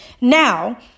Now